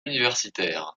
universitaire